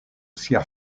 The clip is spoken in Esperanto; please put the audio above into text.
sia